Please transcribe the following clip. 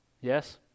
Yes